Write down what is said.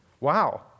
Wow